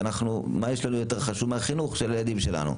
ומה יש לנו שיותר חשוב מהחינוך של הילדים שלנו?